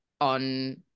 on